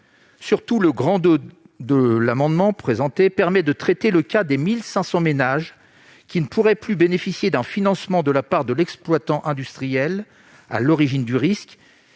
Surtout, le II de l'amendement permettra de traiter le cas des 1 500 ménages qui ne pourraient plus bénéficier d'un financement de la part de l'exploitant industriel à l'origine du risque